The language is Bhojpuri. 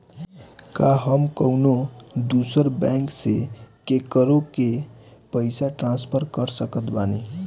का हम कउनों दूसर बैंक से केकरों के पइसा ट्रांसफर कर सकत बानी?